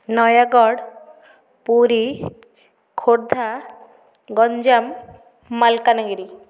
Nayagarh Puri Khordha Ganjam Malkangiri